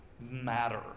matter